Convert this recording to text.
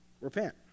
Repent